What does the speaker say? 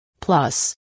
Plus